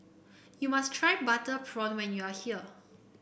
you must try Butter Prawn when you are here